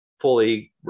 fully